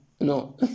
no